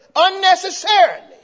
unnecessarily